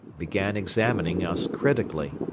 began examining us critically.